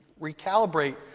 recalibrate